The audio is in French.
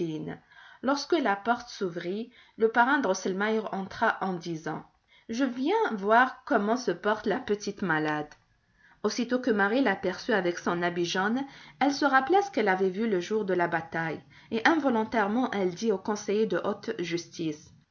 lorsque la porte s'ouvrit le parrain drosselmeier entra en disant je viens voir comment se porte la petite malade aussitôt que marie l'aperçut avec son habit jaune elle se rappela ce qu'elle avait vu le jour de la bataille et involontairement elle dit au conseiller de haute justice